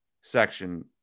section